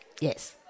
Yes